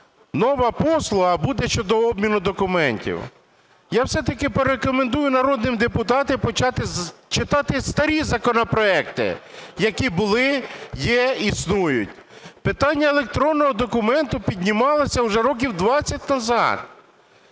нова послуга буде щодо обміну документів. Я все-таки порекомендую народним депутатам почати читати старі законопроекти, які були, є, існують. Питання електронного документу піднімалося вже років 20 назад.